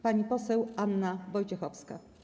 Pani poseł Anna Wojciechowska.